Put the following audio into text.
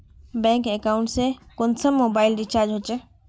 Bank account से कुंसम mobile recharge होचे?